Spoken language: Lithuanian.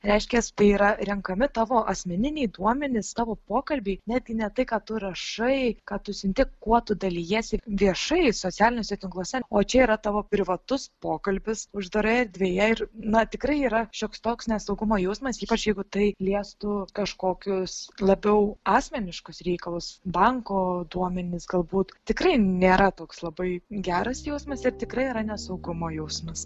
reiškias tai yra renkami tavo asmeniniai duomenys tavo pokalbiai netgi ne tai ką tu rašai ką tu siunti kuo tu dalijiesi viešai socialiniuose tinkluose o čia yra tavo privatus pokalbis uždaroje erdvėje ir na tikrai yra šioks toks nesaugumo jausmas ypač jeigu tai liestų kažkokius labiau asmeniškus reikalus banko duomenis galbūt tikrai nėra toks labai geras jausmas ir tikrai yra nesaugumo jausmas